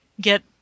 get